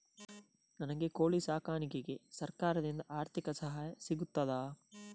ನನಗೆ ಕೋಳಿ ಸಾಕಾಣಿಕೆಗೆ ಸರಕಾರದಿಂದ ಆರ್ಥಿಕ ಸಹಾಯ ಸಿಗುತ್ತದಾ?